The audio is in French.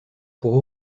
pour